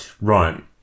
Right